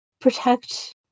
Protect